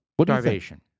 Starvation